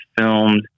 filmed